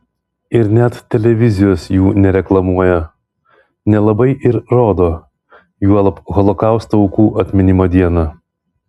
ir net televizijos jų nereklamuoja nelabai ir rodo juolab holokausto aukų atminimo dieną